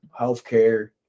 healthcare